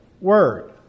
word